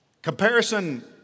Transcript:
Comparison